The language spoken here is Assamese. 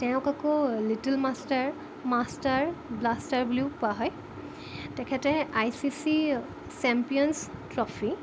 তেওঁক আকৌ লিটিল মাষ্টাৰ মাষ্টাৰ ব্লাষ্টাৰ বুলিও কোৱা হয় তেখেতে I C C champions trophy